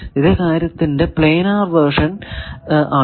ഇതേ കാര്യത്തിന്റെ planar version ആണ്